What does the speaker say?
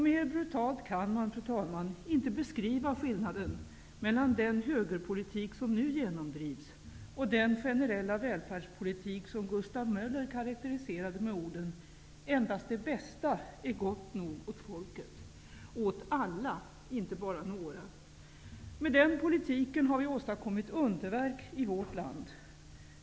Mer brutalt kan man, fru talman, inte beskriva skillnaden mellan den högerpolitik som nu ge nomdrivs och den generella välfärdspolitik som Gustav Möller karakteriserade med orden ''En dast det bästa är gott nog åt folket'' -- åt alla, inte bara några. Med den politiken har vi åstadkom mit underverk i vårt land.